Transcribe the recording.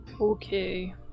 Okay